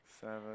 seven